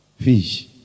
Fish